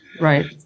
right